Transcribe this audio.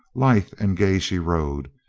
lithe and gay she rode,